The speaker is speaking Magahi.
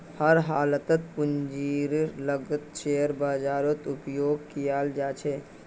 हर हालतत पूंजीर लागतक शेयर बाजारत उपयोग कियाल जा छे